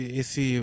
esse